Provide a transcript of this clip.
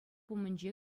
умӗнче